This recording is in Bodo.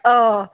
अ